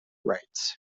rights